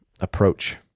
approach